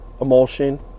emulsion